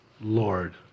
Lord